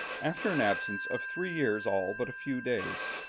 after an absence of three years all but a few days.